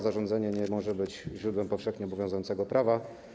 Zarządzenie nie może być źródłem powszechnie obowiązującego prawa.